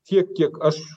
tiek kiek aš